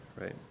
right